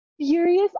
furious